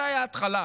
זו הייתה ההתחלה,